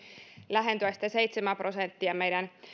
lähentyä sitä seitsemää prosenttia meidän